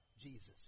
Jesus